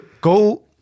go